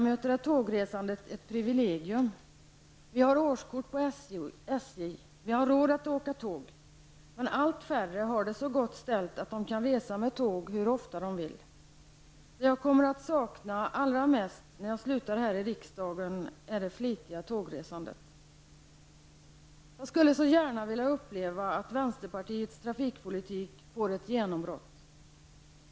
Men tågresandet är ett privilegium för oss riksdagsledamöter. Vi har årskort på SJ. Vi har råd att åka tåg. Men allt färre har det så gott ställt att de kan resa med tåg hur ofta de vill. Det jag kommer att sakna allra mest när jag slutar här i riksdagen är det flitiga tågresandet. Jag skulle så gärna vilja uppleva att vänsterpartiets trafikpolitik fick ett genombrott.